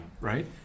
Right